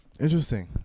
Interesting